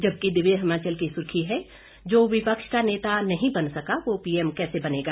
जबकि दिव्य हिमाचल की सुर्खी है जो विपक्ष का नेता नहीं बन सका वह पीएम कैसे बनेगा